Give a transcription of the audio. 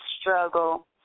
struggle